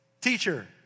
Teacher